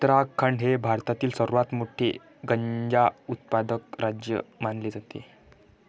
उत्तराखंड हे भारतातील सर्वात मोठे गांजा उत्पादक राज्य मानले जाते